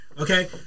okay